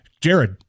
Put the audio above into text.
Jared